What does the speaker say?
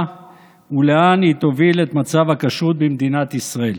ולאן היא תוביל את מצב הכשרות במדינת ישראל.